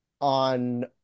on